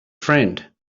friend